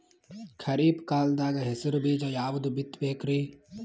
ಖರೀಪ್ ಕಾಲದಾಗ ಹೆಸರು ಬೀಜ ಯಾವದು ಬಿತ್ ಬೇಕರಿ?